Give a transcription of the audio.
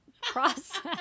process